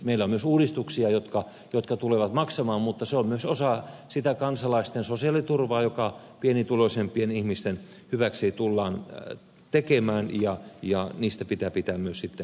meillä on myös uudistuksia jotka tulevat maksamaan mutta se on myös osa sitä kansalaisten sosiaaliturvaa joka pienituloisempien ihmisten hyväksi tullaan tekemään ja niistä pitää myös pitää kiinni